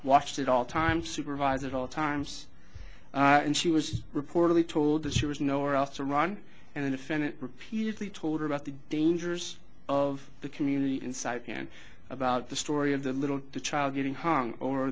watched it all time supervise at all times and she was reportedly told that she was nowhere else to run and the defendant repeatedly told her about the dangers of the community inside and about the story of the little child getting hung o